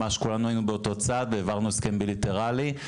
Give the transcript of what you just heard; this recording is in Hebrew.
כולנו היינו באותו צד והעברנו הסכם בילטרלי.